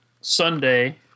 Sunday